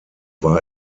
war